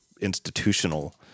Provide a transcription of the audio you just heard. institutional